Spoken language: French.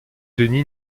denis